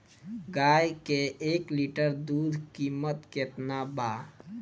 गाय के एक लीटर दूध कीमत केतना बा?